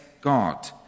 God